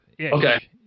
Okay